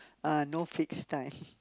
ah no fixed time